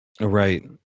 Right